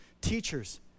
teachers